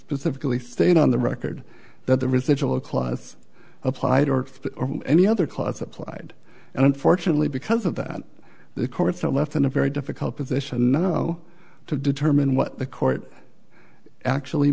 specifically state on the record that the residual a clause applied or any other clause applied and unfortunately because of that the courts are left in a very difficult position i know to determine what the court actually